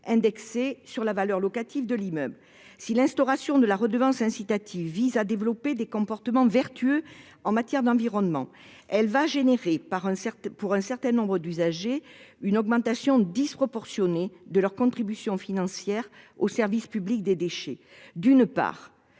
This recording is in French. indexée sur la valeur locative de l'immeuble. Si l'instauration de la redevance incitative vise à développer des comportements vertueux en matière d'environnement, elle va entraîner pour un certain nombre d'usagers une augmentation disproportionnée de leur contribution financière au service public des déchets. Pour